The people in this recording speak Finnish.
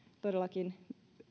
todellakin